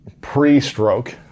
pre-stroke